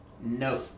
No